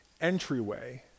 entryway